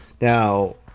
Now